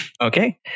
okay